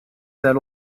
that